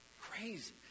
crazy